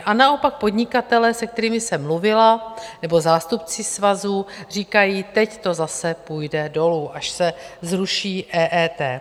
A naopak podnikatelé, se kterými jsem mluvila, nebo zástupci svazů říkají, teď to zase půjde dolů, až se zruší EET.